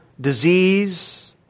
disease